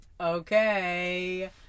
Okay